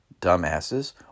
dumbasses